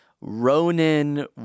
Ronan